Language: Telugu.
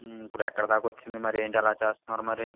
ఇపుడు ఎక్కడదాకా వచ్చింది మరి ఏంటి ఎలా చేస్తున్నారు మరి